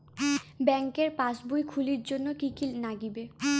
ব্যাঙ্কের পাসবই খুলির জন্যে কি কি নাগিবে?